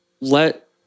let